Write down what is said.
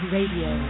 Radio